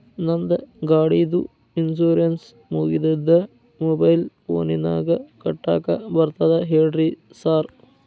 ನಂದ್ ಗಾಡಿದು ಇನ್ಶೂರೆನ್ಸ್ ಮುಗಿದದ ಮೊಬೈಲ್ ಫೋನಿನಾಗ್ ಕಟ್ಟಾಕ್ ಬರ್ತದ ಹೇಳ್ರಿ ಸಾರ್?